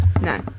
no